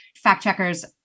fact-checkers